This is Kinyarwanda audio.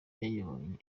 yayibonye